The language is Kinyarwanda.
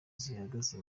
zihagaze